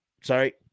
sorry